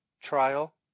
trial